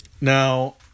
Now